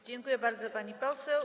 Dziękuję bardzo, pani poseł.